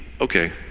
Okay